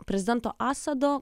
prezidento assado